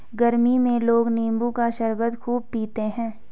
गरमी में लोग नींबू का शरबत खूब पीते है